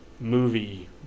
movie